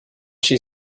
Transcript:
she